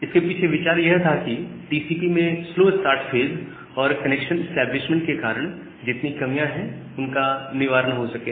इसके पीछे विचार यह था कि टीसीपी में स्लो स्टार्ट फेज और कनेक्शन इस्टैब्लिशमेंट के कारण जितनी कमियां हैं उस उनका निवारण हो सके